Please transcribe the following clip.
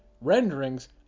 renderings